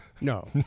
No